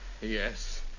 Yes